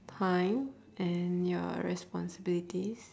time and your responsibilities